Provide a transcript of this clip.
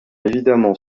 évidemment